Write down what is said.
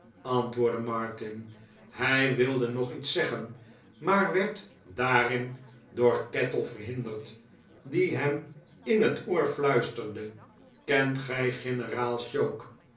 antwoordde martin hij wilde nog iets zeggen maar werd daarin door kettle verhinderd die hem in het oor fluisterde kent gij generaal